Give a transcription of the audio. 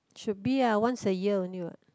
should be uh once a year only what